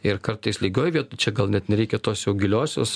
ir kartais lygioj čia gal net nereikia tos jau giliosios